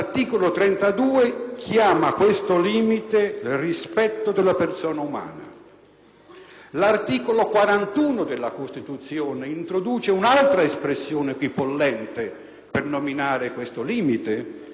l'articolo 41 della Costituzione introduce un'altra espressione equipollente per nominarlo e parla di dignità umana; e poi c'è l'articolo 2,